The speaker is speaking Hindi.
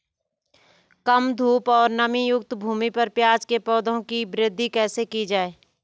कम धूप और नमीयुक्त भूमि पर प्याज़ के पौधों की वृद्धि कैसे की जाए?